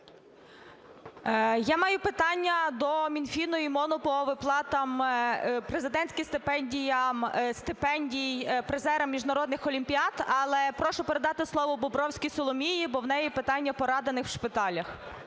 Я маю питання до Мінфіну і МОНу по виплатам президентських стипендій призерам міжнародних олімпіад, але прошу передати слово Бобровській Соломії, бо в неї питання поранених в шпиталях.